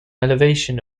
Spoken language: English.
elevation